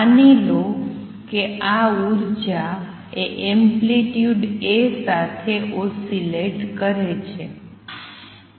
માની લો કે આ ઉર્જા એ એમ્પ્લિટ્યુડ A સાથે ઓસિલેટ કરે છે